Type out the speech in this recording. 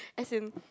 as in